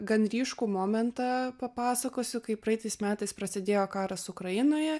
gan ryškų momentą papasakosiu kaip praeitais metais prasidėjo karas ukrainoje